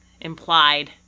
implied